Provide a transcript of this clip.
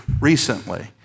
recently